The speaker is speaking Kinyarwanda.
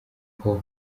paul